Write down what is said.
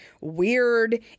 weird